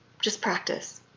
just practice.